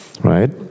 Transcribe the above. right